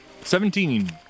Seventeen